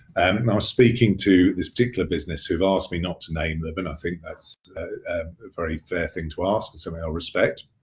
and and i was speaking to this particular business who've asked me not to name them and i think that's a very fair thing to ask. it's something i'll respect.